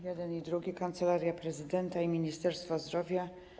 Jeden i drugi, Kancelaria Prezydenta i Ministerstwo Zdrowia.